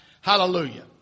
Hallelujah